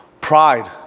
pride